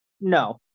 No